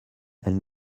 elle